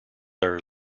are